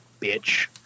bitch